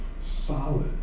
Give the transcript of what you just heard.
solid